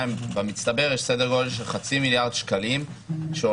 במצטבר יש סדר גודל של חצי מיליארד שקלים שהולכים